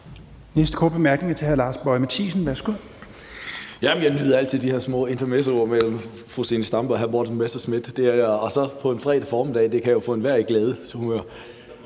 Mathiesen. Værsgo. Kl. 10:46 Lars Boje Mathiesen (NB): Jeg nyder altid de her små intermezzoer mellem fru Zenia Stampe og hr. Morten Messerschmidt og så på en fredag formiddag – det kan jo få enhver i glædeshumør.